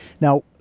Now